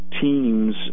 teams